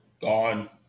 gone